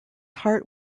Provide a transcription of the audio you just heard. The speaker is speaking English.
heart